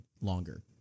longer